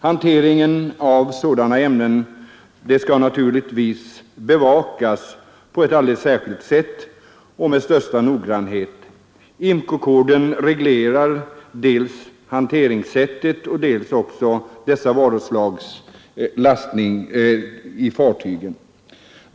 Hanteringen av sådana ämnen skall naturligtvis bevakas på ett alldeles särskilt sätt och med största noggrannhet. IMCO-coden reglerar dels hanteringssättet, dels hur dessa varuslag skall lastas i fartygen.